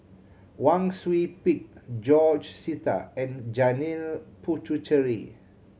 Wang Sui Pick George Sita and Janil Puthucheary